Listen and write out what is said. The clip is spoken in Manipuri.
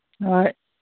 ꯍꯣꯏ